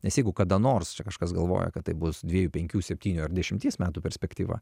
nes jeigu kada nors čia kažkas galvoja kad tai bus dviejų penkių septynių ar dešimties metų perspektyva